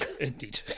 Indeed